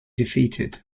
defeated